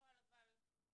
בפועל מה לעשות,